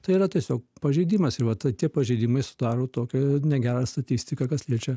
tai yra tiesiog pažeidimas ir vat tie pažeidimai sudaro tokią negerą statistiką kas liečia